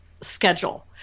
schedule